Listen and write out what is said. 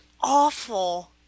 awful